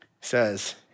says